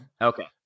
okay